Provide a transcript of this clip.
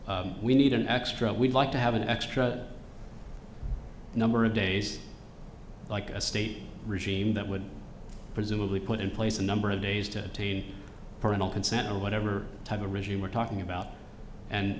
on we need an extra we'd like to have an extra number of days like a state regime that would presumably put in place a number of days to attain parental consent or whatever type a regime we're talking about and